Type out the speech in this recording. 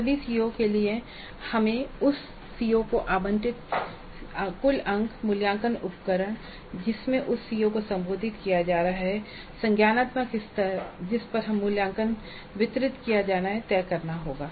सभी सीओ के लिए हमें उस सीओ को आवंटित कुल अंक मूल्यांकन उपकरण जिसमें उस सीओ को संबोधित किया जा रहा है और संज्ञानात्मक स्तर जिस पर मूल्यांकन वितरित किया जाना है तय करना होगा